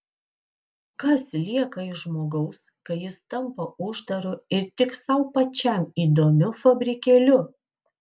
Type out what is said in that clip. kas lieka iš žmogaus kai jis tampa uždaru ir tik sau pačiam įdomiu fabrikėliu